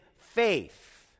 faith